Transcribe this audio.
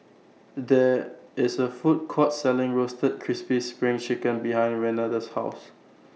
There IS A Food Court Selling Roasted Crispy SPRING Chicken behind Renada's House